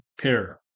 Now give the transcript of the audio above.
pair